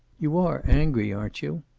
you are angry, aren't you?